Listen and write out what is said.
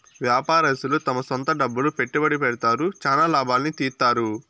వ్యాపారస్తులు తమ సొంత డబ్బులు పెట్టుబడి పెడతారు, చానా లాభాల్ని తీత్తారు